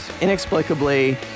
inexplicably